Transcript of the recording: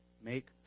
make